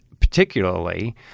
particularly